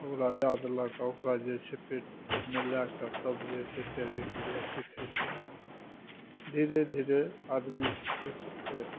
ओकरा दै देलक आओर ओकरा जे छै पेटपरमे लैके तब जे छै तैरेके लिए सिखै छै धीरे धीरे आदमी सिखिते सिखिते